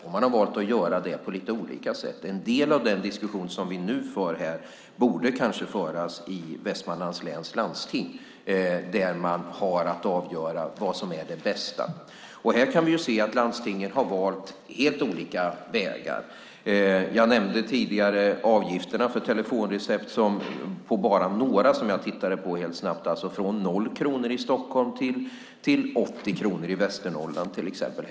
De har valt att göra det på lite olika sätt. En del av den diskussion som vi nu för här borde kanske föras i Västmanlands läns landsting, där man har att avgöra vad som är det bästa. Vi kan se att landstingen har valt helt olika vägar. Jag nämnde tidigare avgifterna för telefonrecept hos några landsting, som jag tittade på helt snabbt - från 0 kronor i Stockholm till 80 kronor i Västernorrland, till exempel.